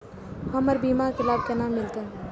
हमर बीमा के लाभ केना मिलते?